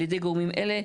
על ידי גורמים אלה.